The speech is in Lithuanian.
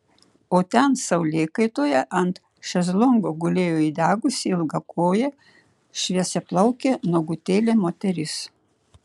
o ten saulėkaitoje ant šezlongo gulėjo įdegusi ilgakojė šviesiaplaukė nuogutėlė moteris